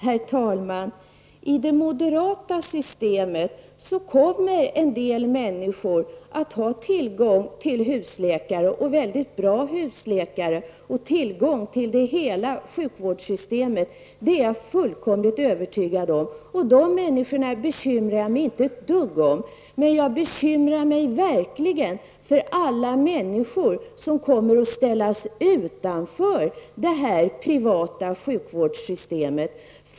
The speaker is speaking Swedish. Herr talman! I det moderata systemet kommer en del människor att ha tillgång till husläkare -- och mycket bra husläkare -- och tillgång till hela sjukvårdssystemet, det är jag fullkomligt övertygad om. De människorna är jag inte ett dugg bekymrad för, men jag är verkligen bekymrad för alla människor som kommer att ställas utanför det här privata sjukvårdssystemet.